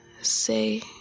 say